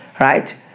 right